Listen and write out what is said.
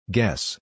Guess